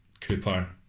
Cooper